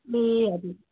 ए हजुर